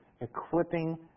equipping